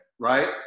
Right